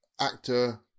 actor